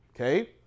okay